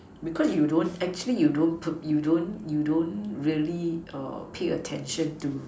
because you don't actually you don't you don't you don't really pay attention to